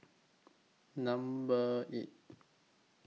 Number eight